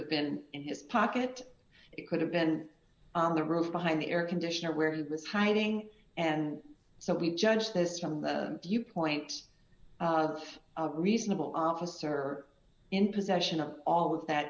have been in his pocket it could have been on the roof behind the air conditioner where it was hiding and so we judge this from the viewpoint reasonable officer in possession of all that